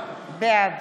בעד